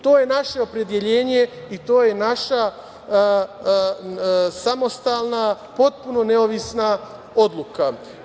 To je naše opredeljenje i to je naša samostalna, potpuno neovisna odluka.